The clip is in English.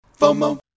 FOMO